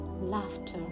laughter